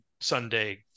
Sunday